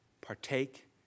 partake